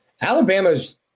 Alabama's –